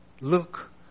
Look